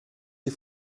die